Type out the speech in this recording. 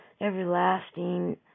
everlasting